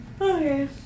Okay